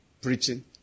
preaching